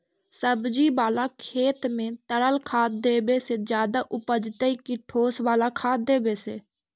सब्जी बाला खेत में तरल खाद देवे से ज्यादा उपजतै कि ठोस वाला खाद देवे से?